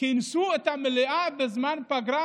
כינסו את המליאה בזמן פגרה,